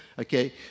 Okay